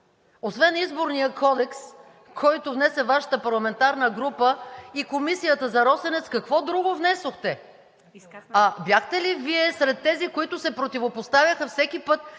Освен Изборния кодекс, който внесе Вашата парламентарна група, и Комисията за „Росенец“ какво друго внесохте? Бяхте ли Вие сред тези, които се противопоставяха всеки път,